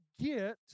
get